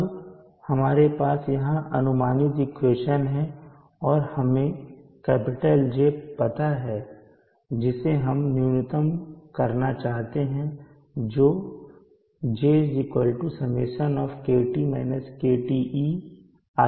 अब हमारे पास यहाँ अनुमानित इक्वेशन है और हमें J पता है जिसे हम न्यूनतम करना चाहते हैं जो J Σ i 2 है